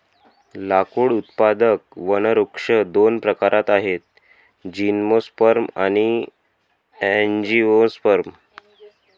लाकूड उत्पादक वनवृक्ष दोन प्रकारात आहेतः जिम्नोस्पर्म आणि अँजिओस्पर्म